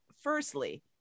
Firstly